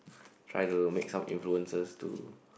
try to make some influences to